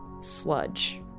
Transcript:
sludge